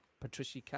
Patricia